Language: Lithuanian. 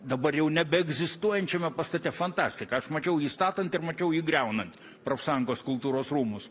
dabar jau nebeegzistuojančiame pastate fantastika aš mačiau jį statant ir mačiau jį griaunant profsąjungos kultūros rūmus